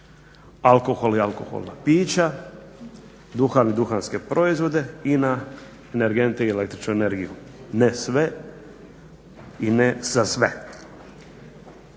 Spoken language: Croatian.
alkohol i alkoholna pića, duhan i duhanske proizvode i na energente i električnu energiju, ne sve i ne za sve.